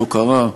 לא קרה.